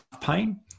pain